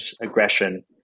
aggression